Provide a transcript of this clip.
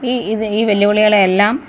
ഈ ഇത് ഈ വെല്ല് വിളികളെയെല്ലാം